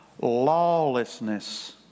lawlessness